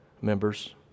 members